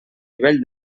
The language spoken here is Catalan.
nivell